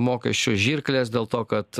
mokesčių žirklės dėl to kad